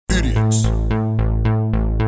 Idiots